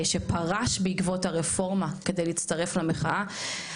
שפרש בעקבות הרפורמה כדי להצטרף למחאה.